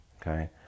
Okay